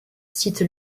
cite